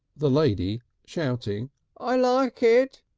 the lady shouting i like it.